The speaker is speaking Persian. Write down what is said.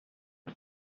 راس